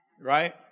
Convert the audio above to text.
Right